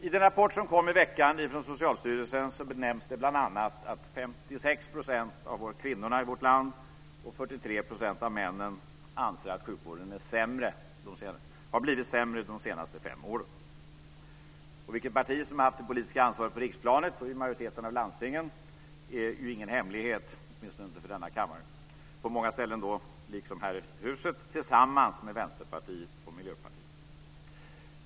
I den rapport som kom i veckan från Socialstyrelsen nämns bl.a. att 56 % av kvinnorna i vårt land och 43 % av männen anser att sjukvården har blivit sämre de senaste fem åren. Vilket parti som har haft det politiska ansvaret på riksplanet och i majoriteten av landstingen är ju ingen hemlighet, åtminstone inte för denna kammare - på många ställen, liksom här i huset, tillsammans med Vänsterpartiet och Miljöpartiet.